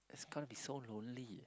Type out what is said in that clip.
it's gonna be so lonely